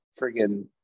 friggin